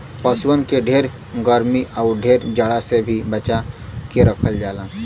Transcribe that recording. पसुअन के ढेर गरमी आउर ढेर जाड़ा से भी बचा के रखल जाला